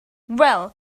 well